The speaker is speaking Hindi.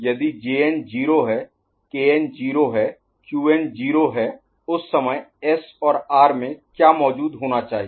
यदि Jn 0 है Kn 0 है Qn 0 है उस समय S और R में क्या मौजूद होना चाहिए